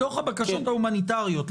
מתוך הבקשות ההומניטריות,